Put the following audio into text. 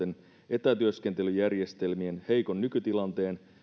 etätyöskentelyjärjestelmien heikko nykytilanne